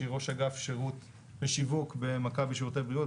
שהיא ראשת אגף שירות ושיווק במכבי שירותי בריאות,